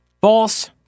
False